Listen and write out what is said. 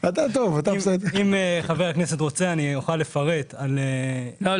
אם חבר הכנסת רוצה אני אוכל לפרט על --- לא,